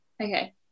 okay